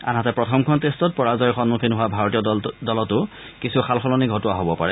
আনহাতে প্ৰথমখন টেষ্টত পৰাজয়ৰ সন্মুখীন হোৱা ভাৰতীয় দলতো কিছু সালসলনি ঘটোৱা হব পাৰে